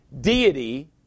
Deity